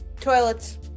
Toilets